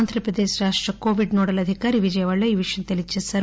ఆంధ్రప్రదేశ్ రాష్ట నోడల్ అధికారి విజయవాడలో ఈ విషయం తెలియచేశారు